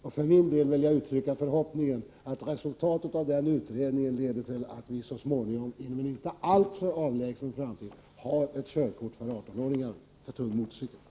Jag vill uttrycka den förhoppningen att resultatet av den utredningen blir att vi inom en inte alltför avlägsen framtid får ett körkort som ger behörighet för 18-åringar och äldre att föra tung motorcykel.